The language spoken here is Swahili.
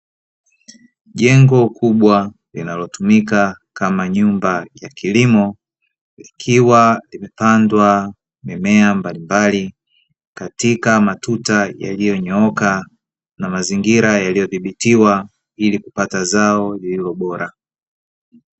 Jengo kubwa linalotumika kama nyumba ya kilimo likiwa imepandwa mimea mbalimbali katika matuta yaliyonyooka, na mazingira yaliyodhibitiwa ili kupata zao lililo bora.